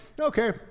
Okay